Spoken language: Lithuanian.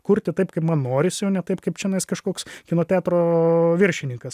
kurti taip kaip man norisi o ne taip kaip čianais kažkoks kino teatro viršininkas